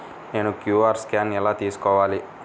నేను QR scan ఎలా తీసుకోవాలి?